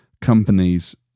companies